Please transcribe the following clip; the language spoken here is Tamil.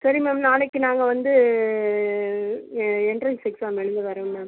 சரி மேம் நாளைக்கு நாங்கள் வந்து எண்ட்ரன்ஸ் எக்ஸாம் எழுத வரங்க மேம்